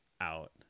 out